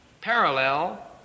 parallel